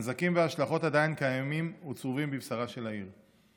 הנזקים וההשלכות עדיין קיימים וצרובים בבשרה של העיר.